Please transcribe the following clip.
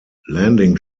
landing